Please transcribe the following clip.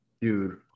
dude